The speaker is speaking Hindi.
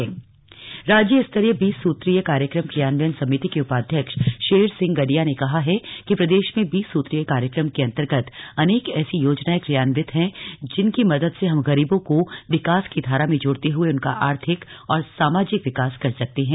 बीस सूत्रीय कार्यक्रम राज्य स्तरीय बीस सूत्रीय कार्यक्रम क्रियान्वयन समिति के उपाध्यक्ष शेर सिह गडिया ने कहा है कि प्रदेश में बीस सूत्रीय के अन्तर्गत अनेक ऐसी योजनायें किर्यान्वित है जिनकी मदद से हम गरीबों को विकास की धारा मे जोडते हुये उनका आर्थिक एवं सामाजिक विकास कर सकते है